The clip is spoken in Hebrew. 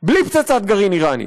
בלי פצצת גרעין איראנית.